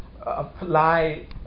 apply